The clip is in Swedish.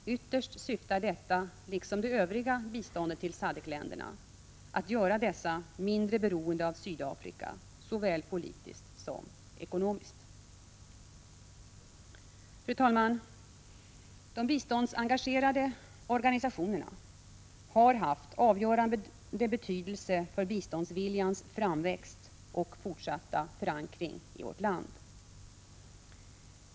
Ytterst syftar detta, liksom det övriga biståndet till SADCC-länderna, till att göra dessa mindre beroende av Sydafrika, såväl politiskt som ekonomiskt. Fru talman! De biståndsengagerade organisationerna har haft avgörande . betydelse för biståndsviljans framväxt och fortsatta förankring i vårt land.